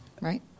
right